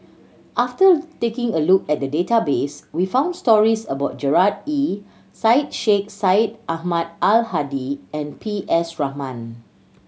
after taking a look at the database we found stories about Gerard Ee Syed Sheikh Syed Ahmad Al Hadi and P S Raman